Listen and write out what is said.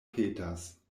peters